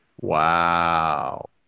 Wow